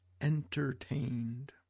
entertained